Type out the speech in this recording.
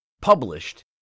Published